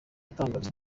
yatangarije